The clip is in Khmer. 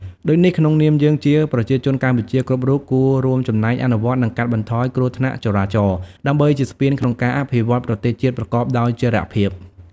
ដូចនេះក្នុងនាមយើងជាប្រជាជនកម្ពុជាគ្រប់រូបគួររួមចំណែកអនុវត្ត និងកាត់បន្ថយគ្រោះថ្នាក់ចរាចរណ៍ ដើម្បីជាស្ពានក្នុងការអភិវឌ្ឍប្រទេសជាតិប្រកបដោយចីរភាព។